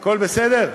הכול בסדר?